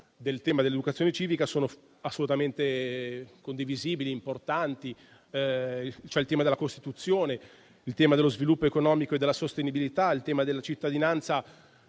del tema dell'educazione civica sono assolutamente condivisibili e importanti. Ci sono il tema della Costituzione, quello dello sviluppo economico e della sostenibilità, nonché quello della cittadinanza